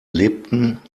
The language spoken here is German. lebten